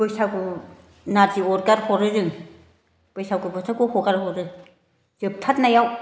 बैसागु नारजि अरगार हरो जों बैसागु बोथोरखौ हगार हरो जोबथारनायाव